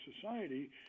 society